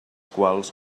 quals